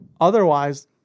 otherwise